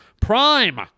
Prime